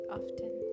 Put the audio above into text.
often